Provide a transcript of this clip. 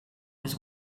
was